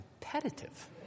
competitive